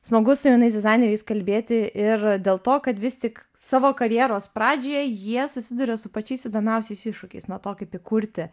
smagu su jaunais dizaineriais kalbėti ir dėl to kad vis tik savo karjeros pradžioje jie susiduria su pačiais įdomiausiais iššūkiais nuo to kaip įkurti